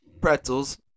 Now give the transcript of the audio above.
Pretzels